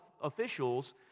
officials